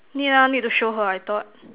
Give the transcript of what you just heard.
ya need to show her I thought